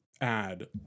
add